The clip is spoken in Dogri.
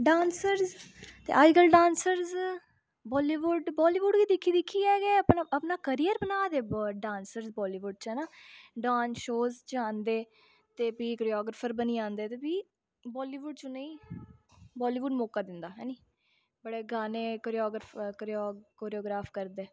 डांसर्स अज्जकल डांसर्स बालीबुड बालीबुड गी दिक्खी दिक्खियै गै अपना अपना कैरियर बना दे डांसर बालीबुड च हैना डांस शो च आंदे ते फ्ही क्रयोग्राफर बनी आंदे ते फ्ही बालीबुड च उनेईं बालीबुड मौका दिंदा हैनी बड़े गाने क्रयोग्राफर कोरियो ग्राफ करदे